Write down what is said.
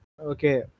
Okay